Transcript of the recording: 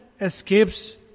escapes